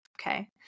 Okay